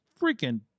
freaking